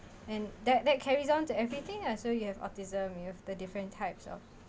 and that that carries on to everything ah so you have autism you have the different types of